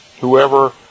whoever